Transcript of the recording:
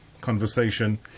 conversation